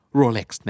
rolex